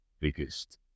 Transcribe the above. biggest